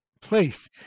place